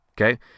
Okay